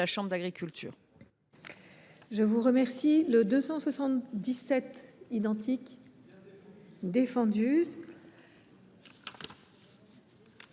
chambre d’agriculture.